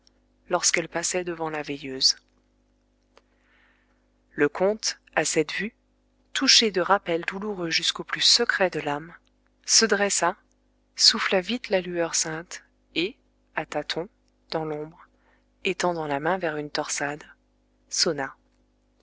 lorsqu'elle passait devant la veilleuse le comte à cette vue touché de rappels douloureux jusqu'au plus secret de l'âme se dressa souffla vite la lueur sainte et à tâtons dans l'ombre étendant la main vers une torsade sonna